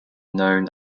known